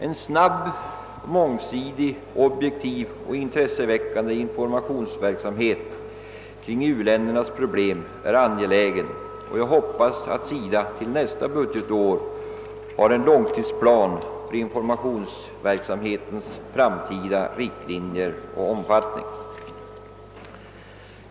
En snabb, mångsidig, objektiv och intresseväckande informationsverksamhet kring u-ländernas problem är angelägen, och jag hoppas att SIDA till nästa budgetår har en långtidsplan för informationsverksamhetens framtida riktlinjer och omfattning.